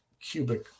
cubic